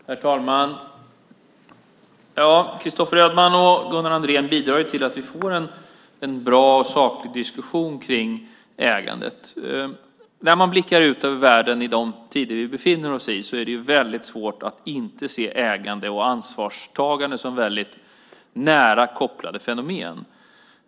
Herr talman! Christopher Ödmann och Gunnar Andrén bidrar till att vi får en bra och saklig diskussion kring ägandet. När man blickar ut över världen i de tider vi befinner oss i är det väldigt svårt att inte se ägande och ansvarstagande som nära kopplade fenomen.